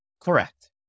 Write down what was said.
Correct